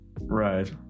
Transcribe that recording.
Right